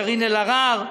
קארין אלהרר,